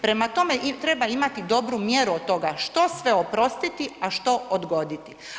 Prema tome, treba imati dobru mjeru od toga što sve oprostiti a što odgoditi.